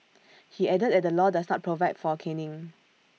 he added that the law does not provide for caning